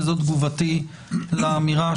וזו תגובתי לאמירה,